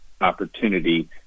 opportunity